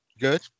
Good